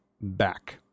back